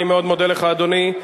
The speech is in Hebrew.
אני מאוד מודה לך, אדוני.